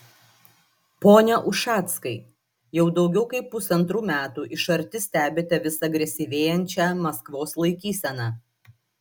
pone ušackai jau daugiau kaip pusantrų metų iš arti stebite vis agresyvėjančią maskvos laikyseną